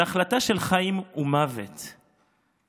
וזאת החלטה של חיים ומוות שלך,